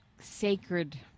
sacred